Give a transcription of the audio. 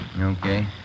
Okay